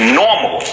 normal